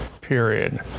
period